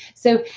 so,